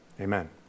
amen